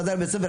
חזר מבית הספר,